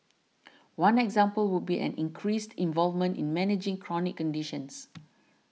one example would be an increased involvement in managing chronic conditions